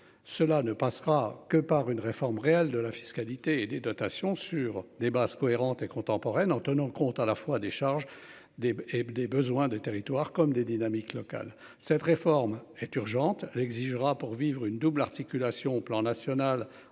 cela ne passera que par une réforme réelle de la fiscalité et des dotations sur des brasses cohérente et contemporaine en tenant compte à la fois des charges des et des besoins des territoires comme des dynamiques locales. Cette réforme est urgente l'exigera pour vivre une double articulation au plan national